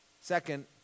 Second